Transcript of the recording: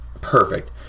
Perfect